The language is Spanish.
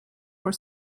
por